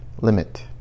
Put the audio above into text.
limit